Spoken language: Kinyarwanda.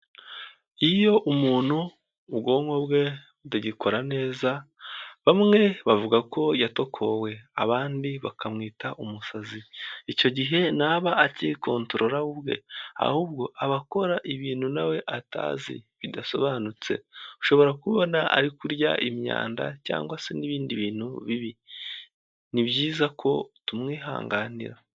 Iyo umuntu ubwonko bwe butagikora neza bamwe bavuga ko yatokowe abandi bakamwita umusazi, icyo gihe ntaba acyikotorora we ubwe ahubwo aba akora ibintu nawe atazi bidasobanutse, ushobora kubona ari kurya imyanda cyangwa se n'ibindi bintu bibi, ni byiza ko tumwihanganira.